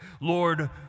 Lord